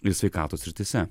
ir sveikatos srityse